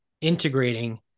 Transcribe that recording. integrating